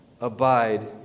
abide